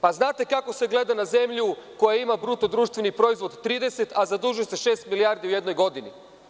Pa znate kako se gleda na zemlju koja ima bruto društveni proizvod 30, a zadužuje se šest milijardi u jednoj godini.